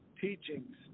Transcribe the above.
teachings